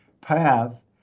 path